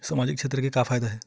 सामजिक क्षेत्र से का फ़ायदा हे?